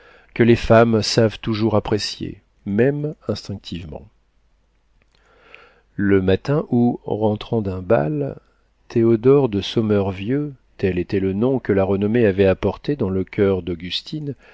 que les femmes savent toujours apprécier même instinctivement le matin où rentrant d'un bal théodore de sommervieux tel était le nom que la renommée avait apporté dans le coeur d'augustine